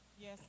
Yes